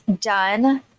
done